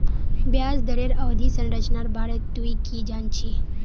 ब्याज दरेर अवधि संरचनार बारे तुइ की जान छि